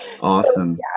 Awesome